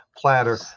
platter